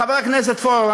חבר הכנסת פורר,